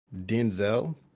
Denzel